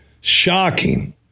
shocking